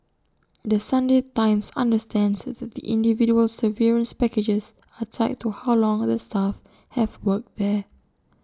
the Sunday times understands that the individual severance packages are tied to how long the staff have worked there